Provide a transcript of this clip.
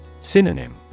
Synonym